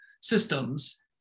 systems